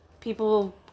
people